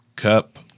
Cup